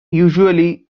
usually